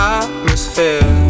atmosphere